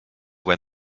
when